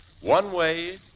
One-Way